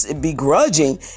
begrudging